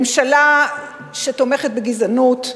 ממשלה שתומכת בגזענות,